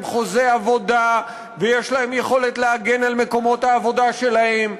חוזי עבודה ויש להם יכולת להגן על מקומות העבודה שלהם,